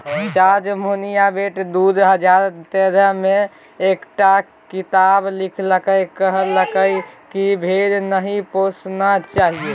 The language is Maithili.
जार्ज मोनबियोट दु हजार तेरह मे एकटा किताप लिखि कहलकै कि भेड़ा नहि पोसना चाही